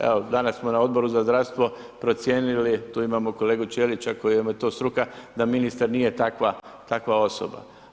Evo danas smo na Odboru za zdravstvo procijenili, tu imamo kolegu Ćelića kojemu je to struka, da ministar nije takva osoba.